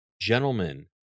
gentlemen